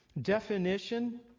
definition